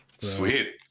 sweet